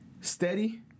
steady